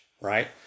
right